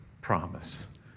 promise